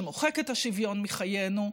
שמוחק את השוויון מחיינו.